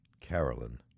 Carolyn